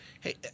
hey